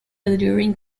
adhering